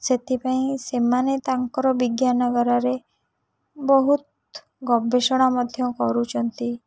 ସେଥିପାଇଁ ସେମାନେ ତାଙ୍କର ବିଜ୍ଞାନାଗାରରେ ବହୁତ ଗବେଷଣା ମଧ୍ୟ କରୁଛନ୍ତି